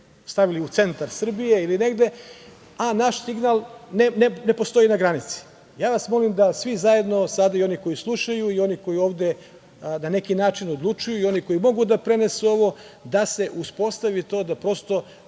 stavili u centar Srbije ili negde, a naš signal ne postoji na granici. Molim vas da svi zajedno, sada i oni koji slušaju i oni koji ovde na neki način odlučuju i oni koji mogu da prenesu ovo, da se uspostavi to da prosto